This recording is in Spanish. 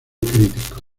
crítico